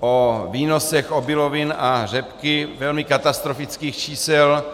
o výnosech obilovin a řepky velmi katastrofických čísel.